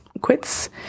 quits